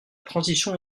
transition